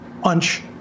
Punch